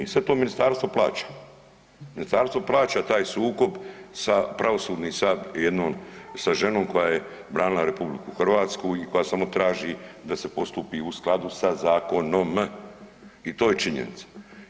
I sada to ministarstvo plaća, ministarstvo plaća taj sukob pravosudni sa jednom ženom koja je branila RH i koja samo traži da se postupi u skladu sa zakonom i to je činjenica.